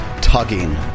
Tugging